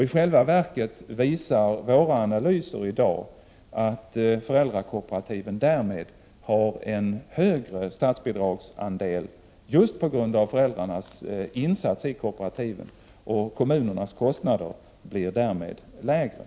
I själva verket visar våra analyser i dag att föräldrakooperativen därmed har en större statsbidragsandel just på grund av föräldrarnas insatser i kooperativen. Kommunernas kostnader blir därmed lägre.